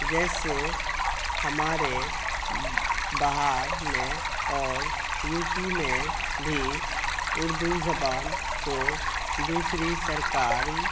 جیسے ہمارے بہار میں اور یو پی میں بھی اردو زبان کو دوسری سرکاری